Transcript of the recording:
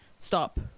stop